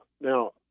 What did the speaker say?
now